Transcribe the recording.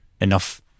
enough